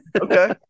Okay